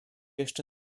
jeszcze